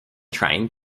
train